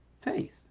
faith